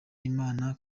imana